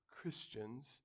Christians